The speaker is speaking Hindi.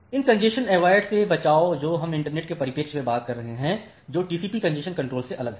इन कॅन्जेशन अवॉयड से बचाव जो हम इंटरनेट के परिप्रेक्ष्य में बात कर रहे हैं जो टीसीपीकॅन्जेशन कंट्रोल से अलग है